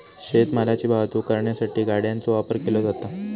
शेत मालाची वाहतूक करण्यासाठी गाड्यांचो वापर केलो जाता